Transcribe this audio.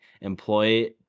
employ